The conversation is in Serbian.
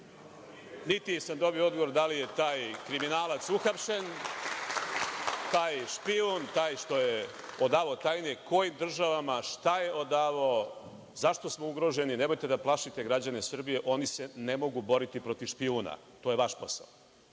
niti sam dobio odgovor da li je taj kriminalac uhapšen, taj špijun, taj što je odavao tajne, kojim državama, šta je odavao, zašto smo ugroženi? Nemojte da plašite građane Srbije, oni se ne mogu boriti protiv špijuna, to je vaš posao.